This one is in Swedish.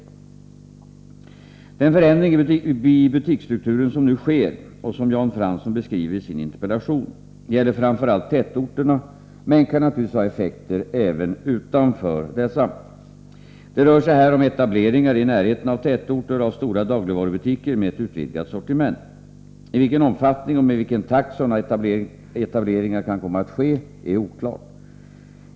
Den förändring i butiksstrukturen som nu sker — och som Jan Fransson beskriver i sin interpellation — gäller framför allt tätorterna, men kan naturligtvis ha effekter även utanför dessa. Det rör sig här om etableringar i närheten av tätorter av stora dagligvarubutiker med ett utvidgat sortiment. I vilken omfattning och med vilken takt sådana etableringar kan komma att ske är oklart.